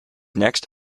next